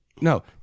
no